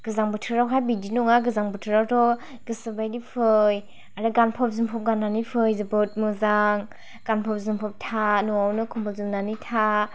गोजां बोथोरावहाय बिदि नङा गोजां बोथोरावथ' गोसो बायदि फै आरो गानफब जोमफब गान्नानै फै जोबोर मोजां गानफब जोमफब था न'आवनो खमबल जोमनानै था